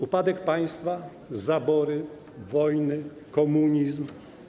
Upadek państwa, zabory, wojny, komunizm.